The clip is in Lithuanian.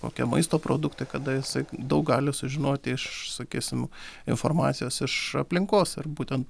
kokie maisto produktai kada jisai daug gali sužinoti iš sakysim informacijos iš aplinkos ar būtent